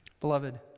Beloved